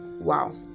Wow